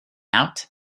out